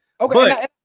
Okay